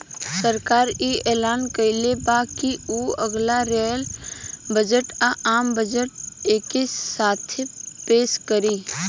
सरकार इ ऐलान कइले बा की उ अगला रेल बजट आ, आम बजट एके साथे पेस करी